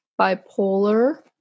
bipolar